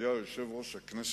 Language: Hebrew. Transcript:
הי דרומה לאילת, ברכבת